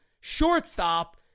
shortstop